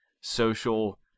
social